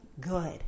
good